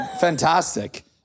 fantastic